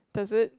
does it